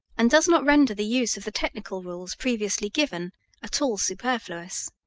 and does not render the use of the technical rules previously given at all superfluous.